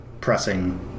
pressing